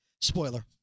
Spoiler